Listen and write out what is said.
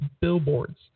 billboards